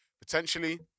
potentially